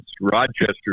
Rochester